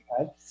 okay